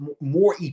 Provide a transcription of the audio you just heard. more